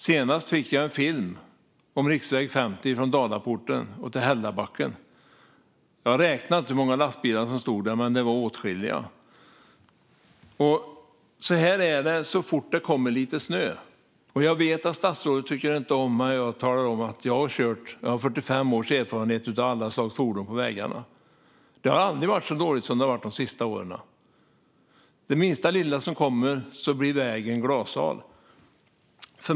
Senast fick jag en film på riksväg 50 från Dalaporten till Hällabacken. Jag räknade inte hur många lastbilar det var som stod där, men det var åtskilliga. Så är det så fort det kommer lite snö. Jag vet att statsrådet inte tycker om när jag talar om att jag har 45 års erfarenhet av alla slags fordon på vägarna. Men det har aldrig varit så dåligt som det har varit de senaste åren. Minsta lilla snö som kommer leder till att vägen blir glashal.